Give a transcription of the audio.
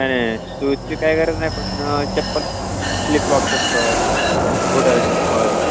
नाही नाही शूजची काय गरज नाही पण चप्पल फ्लिपलॉप चप्पल पुढारी चप्पल